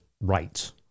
rights